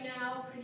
now